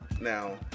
Now